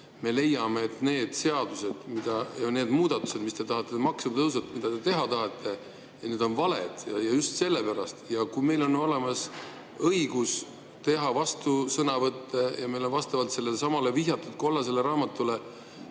me leiame, et need seadused ja need muudatused, maksutõusud, mida te teha tahate, on valed. Just sellepärast. Ja kui meil on olemas õigus teha vastusõnavõtte ja meil on vastavalt sellelesamale vihjatud kollasele raamatule